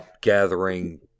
Gathering